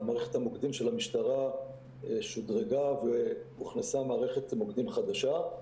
מערכת המוקדים של המשטרה שודרגה והוכנסה מערכת מוקדים חדשה.